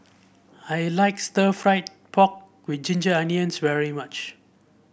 I like stir fry pork with Ginger Onions very much